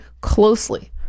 closely